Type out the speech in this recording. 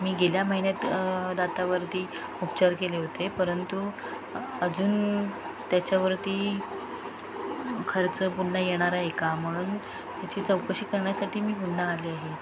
मी गेल्या महिन्यात दातावरती उपचार केले होते परंतु अजून त्याच्यावरती खर्च पुन्हा येणार आहे का म्हणून त्याची चौकशी करण्यासाठी मी पुन्हा आली आहे